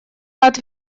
рад